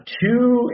two